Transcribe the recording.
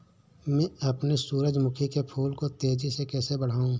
मैं अपने सूरजमुखी के फूल को तेजी से कैसे बढाऊं?